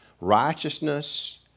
righteousness